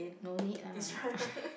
no need lah